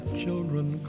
children